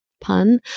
pun